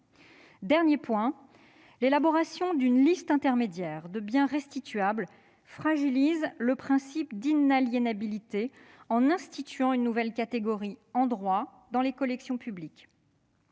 Dernier point, l'élaboration d'une liste intermédiaire de biens restituables fragilise le principe d'inaliénabilité en instaurant une nouvelle catégorie, en droit, dans les collections publiques.